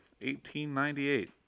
1898